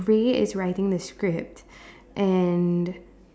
Rae is writing the script and